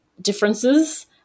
differences